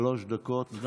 שלוש דקות לרשותך.